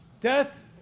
death